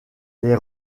les